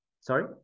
Sorry